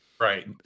Right